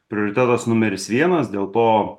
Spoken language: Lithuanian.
prioritetas numeris vienas dėl to